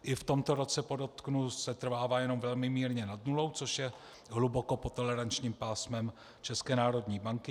I v tomto roce, podotknu, setrvává jenom velmi mírně nad nulou, což je hluboko pod tolerančním pásmem České národní banky.